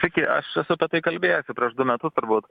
sveiki aš esu apie tai kalbėjęs jau prieš du metus turbūt